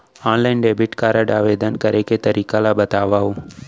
Online debit card आवेदन करे के तरीका ल बतावव?